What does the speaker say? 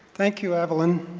thank you, evelyn.